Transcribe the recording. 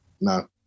No